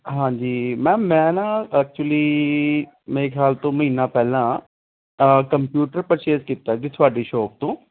ਹਾਂਜੀ ਮੈਮ ਮੈਂ ਨਾ ਐਕਚੂਲ਼ੀ ਮੇਰੇ ਖ਼ਿਆਲ ਤੋਂ ਮਹੀਨਾ ਪਹਿਲਾਂ ਕੰਪਿਊਟਰ ਪਰਚੇਸ ਕੀਤਾ ਸੀ ਤੁਹਾਡੀ ਸ਼ੋਪ ਤੋਂ